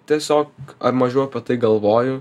tiesiog ar mažiau apie tai galvoju